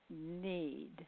need